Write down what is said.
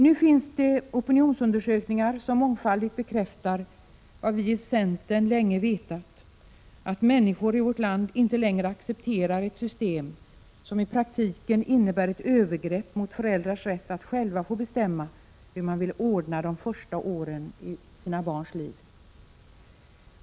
Nu finns det opinionsundersökningar som mångfaldigt bekräftar vad vi i centern länge har vetat, nämligen att människor i vårt land inte längre accepterar ett system som i praktiken innebär ett övergrepp mot föräldrars rätt att själva bestämma hur de vill ordna de första åren i sina barns liv.